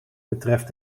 betreft